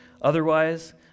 Otherwise